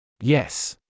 Yes